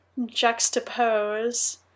juxtapose